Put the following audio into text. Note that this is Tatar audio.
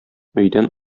өйдән